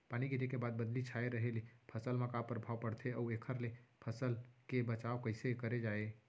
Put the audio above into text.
पानी गिरे के बाद बदली छाये रहे ले फसल मा का प्रभाव पड़थे अऊ एखर ले फसल के बचाव कइसे करे जाये?